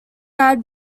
had